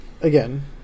again